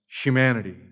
humanity